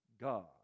God